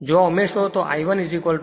જો આ ઉમેરશો તો તે I 1103